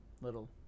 little